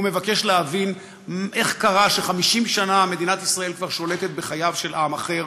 הוא מבקש להבין איך קרה שכבר 50 שנה מדינת ישראל שולטת בחייו של עם אחר,